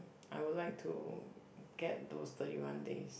I would like to get those thirty one days